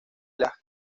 las